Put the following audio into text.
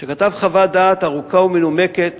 שכתב חוות דעת ארוכה ומנומקת